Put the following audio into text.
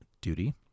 duty